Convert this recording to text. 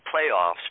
playoffs